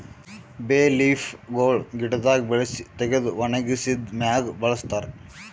ಬೇ ಲೀಫ್ ಗೊಳ್ ಗಿಡದಾಗ್ ಬೆಳಸಿ ತೆಗೆದು ಒಣಗಿಸಿದ್ ಮ್ಯಾಗ್ ಬಳಸ್ತಾರ್